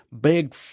big